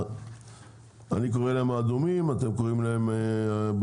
אני קורא להם האדומים,